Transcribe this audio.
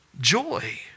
joy